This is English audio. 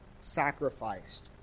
sacrificed